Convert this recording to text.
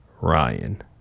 Ryan